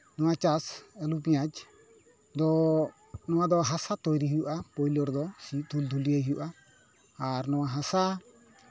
ᱱᱚᱣᱟ ᱪᱟᱥ ᱟᱞᱩ ᱯᱮᱸᱭᱟᱡᱽ ᱫᱚ ᱱᱚᱣᱟ ᱫᱚ ᱦᱟᱥᱟ ᱛᱳᱭᱨᱤ ᱦᱩᱭᱩᱜᱼᱟ ᱯᱳᱭᱞᱳ ᱨᱮᱫᱚ ᱥᱤ ᱫᱩᱞ ᱫᱩᱞᱭᱟᱹ ᱦᱩᱭᱩᱜᱼᱟ ᱟᱨ ᱱᱚᱣᱟ ᱦᱟᱥᱟ